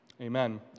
Amen